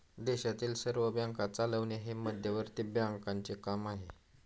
देशातील सर्व बँका चालवणे हे मध्यवर्ती बँकांचे काम आहे